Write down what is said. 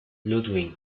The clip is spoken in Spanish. ludwig